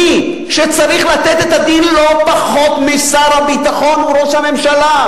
מי שצריך לתת את הדין לא פחות משר הביטחון הוא ראש הממשלה.